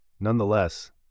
Nonetheless